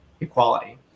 equality